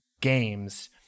games